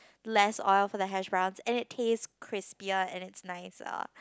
less oil for the hash browns and it tastes crispier and it's nicer